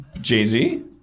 Jay-Z